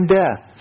death